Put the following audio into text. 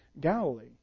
Galilee